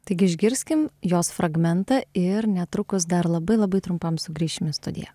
taigi išgirskim jos fragmentą ir netrukus dar labai labai trumpam sugrįšim į studiją